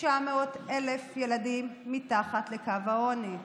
900,000 ילדים מתחת לקו העוני,